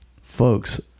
folks